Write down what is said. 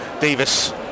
Davis